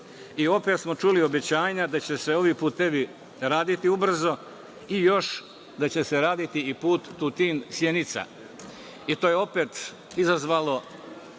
i opet smo čuli obećanja da će se ovi putevi raditi ubrzo i još da će se raditi i put Tutin-Sjenica. To je opet izazvalo